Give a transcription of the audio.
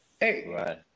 Hey